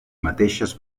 mateixes